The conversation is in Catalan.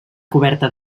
coberta